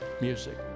music